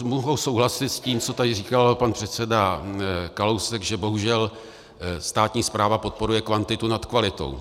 Mohu souhlasit s tím, co tady říkal pan předseda Kalousek, že bohužel státní správa podporuje kvantitu nad kvalitou.